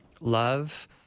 love